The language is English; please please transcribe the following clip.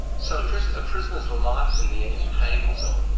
so a prisoner's life in the end hangs on